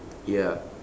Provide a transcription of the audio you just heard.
ya